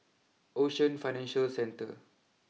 Ocean Financial Centre